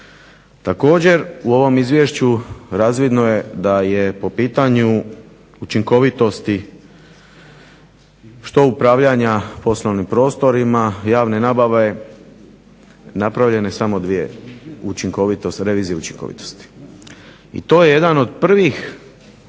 Također u ovom Izvješću razvidno je da je po pitanju učinkovitosti što upravljanja poslovnim prostorima javne nabave napravljene samo dvije – učinkovitost